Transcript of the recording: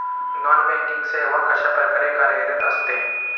Non banking सेवा कशाप्रकारे कार्यरत असते?